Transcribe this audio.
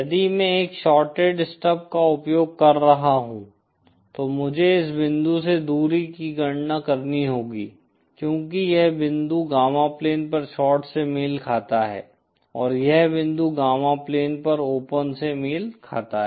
यदि मैं एक शॉर्टेड स्टब का उपयोग कर रहा हूं तो मुझे इस बिंदु से दूरी की गणना करनी होगी क्योंकि यह बिंदु गामा प्लेन पर शॉर्ट से मेल खाता है और यह बिंदु गामा प्लेन पर ओपन से मेल खाता है